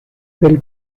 del